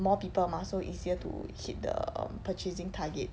more people mah so easier to hit the purchasing target